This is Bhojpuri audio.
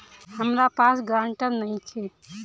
हमरा पास ग्रांटर नइखे?